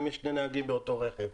אם יש שני נהגים באותו רכב.